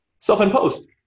self-imposed